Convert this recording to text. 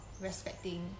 respecting